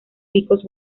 picos